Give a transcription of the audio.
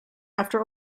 after